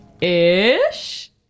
ish